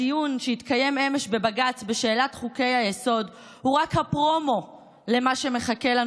הדיון שהתקיים אמש בבג"ץ בשאלת חוקי-היסוד הוא רק הפרומו למה שמחכה לנו